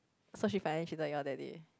so she finally treated you on that day